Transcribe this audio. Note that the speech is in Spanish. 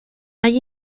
hay